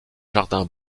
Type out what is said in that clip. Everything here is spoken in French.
jardin